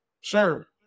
Sure